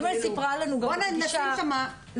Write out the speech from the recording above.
בואו נשים שם ---,